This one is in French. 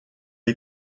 est